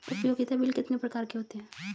उपयोगिता बिल कितने प्रकार के होते हैं?